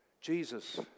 Jesus